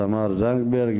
תמר זנדברג,